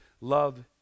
love